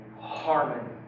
harmony